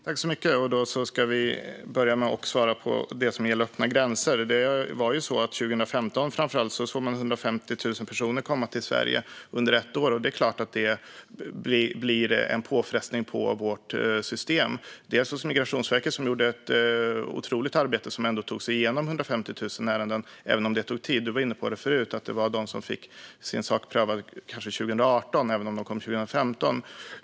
Fru talman! Då ska jag börja med att svara på det som gäller öppna gränser. Det var ju så att vi framför allt 2015 såg 150 000 personer komma till Sverige under ett år, och det är klart att det blir en påfrestning på vårt system. Det gäller bland annat Migrationsverket, som gjorde ett otroligt arbete och tog sig igenom 150 000 ärenden, även om det tog tid. Som Annika Hirvonen var inne på förut fanns det de som fick sin sak prövad 2018 även om de kom hit 2015.